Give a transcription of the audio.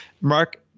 Mark